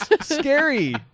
Scary